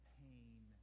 pain